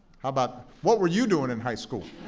but what were you doing in high school?